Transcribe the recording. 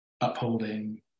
upholding